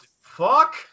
fuck